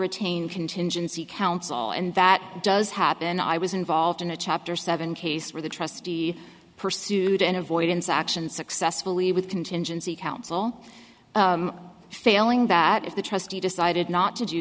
retain contingency counsel and that does happen i was involved in a chapter seven case where the trustee pursued an avoidance action successfully with contingency counsel failing that if the trustee decided not to do